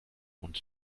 und